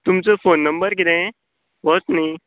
तुमचो phone number कितें होच न्ही